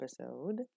episode